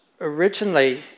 originally